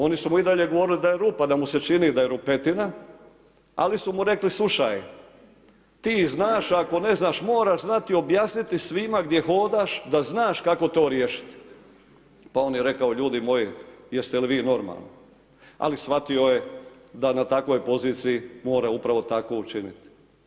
Oni su mu i dalje govorili da je rupa, da mu se čini da je rupetina, ali su mu rekli slušaj, ti znaš, ako ne znaš, moraš znati objasniti svima gdje hodaš da znaš kako to riješiti, pa on je rekao, pa ljudi moji, jeste li vi normalni, ali shvatio je da na takvoj poziciji mora upravo tako učiniti.